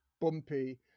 bumpy